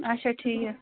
اچھا ٹھیٖکھ